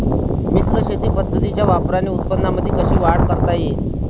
मिश्र शेती पद्धतीच्या वापराने उत्पन्नामंदी वाढ कशी करता येईन?